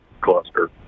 cluster